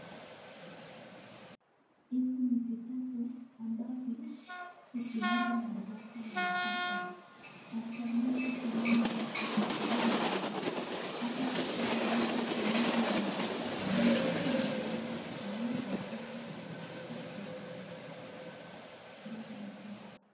Hizi ni vitabu ambavyo utumiwa na darasa la saba. Hasana utumiwa na ile computer science . Hapa, vitabu hivi utumiwa na wanafunzi kusoma ama mwalimu utumie kuwafunza darasa la saba.